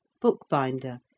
bookbinder